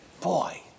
boy